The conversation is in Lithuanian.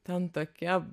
ten tokia